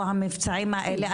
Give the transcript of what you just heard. או המבצעים האלה,